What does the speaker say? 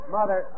Mother